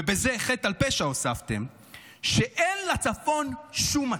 ובזה הוספת חטא על פשע, שאין לצפון שום עתיד.